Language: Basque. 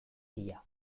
bila